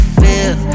feel